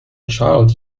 child